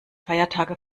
feiertage